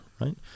right